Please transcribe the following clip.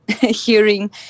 hearing